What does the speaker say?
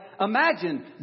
imagine